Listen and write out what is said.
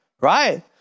Right